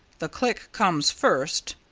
the click comes first,